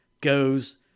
goes